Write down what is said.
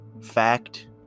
Fact